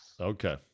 Okay